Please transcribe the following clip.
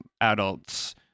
adults